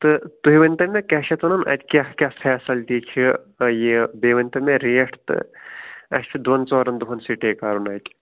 تہٕ تُہۍ ؤنۍتو مےٚ کیٛاہ چھِ یَتھ وَنان اَتہِ کیٛاہ کیٛاہ فٮ۪سَلٹی چھِ یہِ بیٚیہِ ؤنۍتو مےٚ ریٹھ تہٕ اَسہِ چھُ دوٚن ژورَن دۄہن سِٹے کَرُن اَتہِ